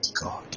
God